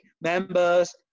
members